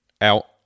out